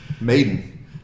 Maiden